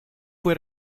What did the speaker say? fue